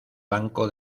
banco